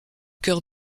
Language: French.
cœur